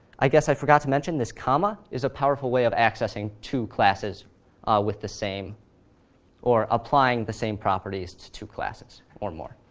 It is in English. i guess i forgot to mention, this comma is a powerful way of accessing two classes with the same or applying the same properties to two classes or more.